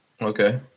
Okay